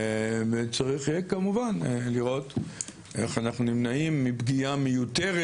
וצריך יהיה כמובן לראות איך אנחנו נמנעים מפגיעה מיותרת.